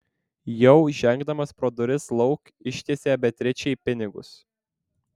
jau žengdamas pro duris lauk ištiesė beatričei pinigus